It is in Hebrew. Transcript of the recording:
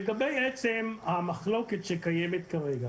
לגבי עצם המחלוקת שקיימת כרגע.